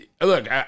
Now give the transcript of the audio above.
look